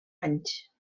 anys